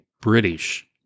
British